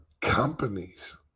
companies